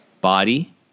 body